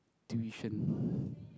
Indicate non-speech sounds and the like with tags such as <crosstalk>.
tuition <breath>